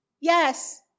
Yes